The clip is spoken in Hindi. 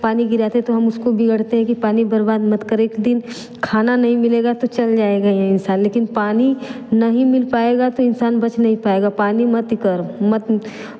पानी गिराते तो हम उसको बिगड़ते हैं कि पानी बर्बाद मत कर एक दिन खाना नहीं मिलेगा तो चल जाएगा ये इंसान लेकिन पानी नहीं मिल पाएगा तो इंसान बच नहीं पाएगा पानी मत कर मत